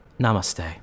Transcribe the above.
Namaste